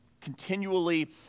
continually